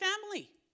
family